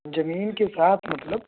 زمین کے ساتھ مطلب